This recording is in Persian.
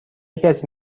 کسی